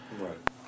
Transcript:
Right